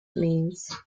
means